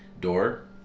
Door